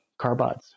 carbides